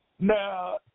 Now